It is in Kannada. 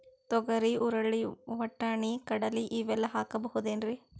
ತೊಗರಿ, ಹುರಳಿ, ವಟ್ಟಣಿ, ಕಡಲಿ ಇವೆಲ್ಲಾ ಹಾಕಬಹುದೇನ್ರಿ?